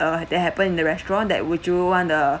uh that happen in the restaurant that would you want the